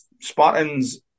Spartans